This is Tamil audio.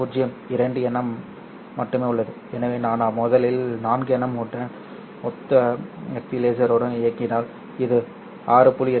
2 nm only மட்டுமே உள்ளது எனவே நான் முதலில் 4nm உடன் ஒத்த Fp லேசருடன் இயங்கினால் இது 6